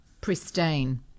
pristine